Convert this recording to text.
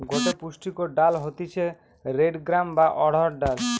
গটে পুষ্টিকর ডাল হতিছে রেড গ্রাম বা অড়হর ডাল